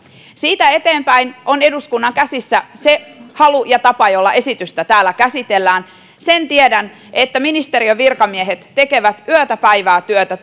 siitä eteenpäin on eduskunnan käsissä se halu ja tapa jolla esitystä täällä käsitellään sen tiedän että ministeriön virkamiehet tekevät yötä päivää työtä